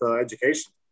education